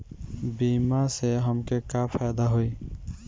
बीमा से हमके का फायदा होई?